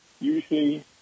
usually